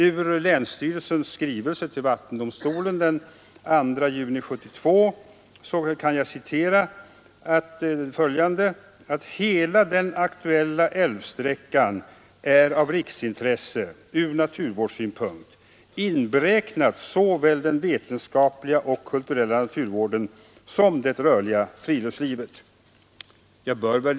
Ur länsstyrelsens skrivelse till vattendomstolen den 2 juni 1972 kan jag citera: ”——— hela den aktuella älvsträckan är av riksintresse ur naturvårdssynpunkt inberäknat såväl den vetenskapliga och kulturella naturvården som det rörliga friluftslivet”.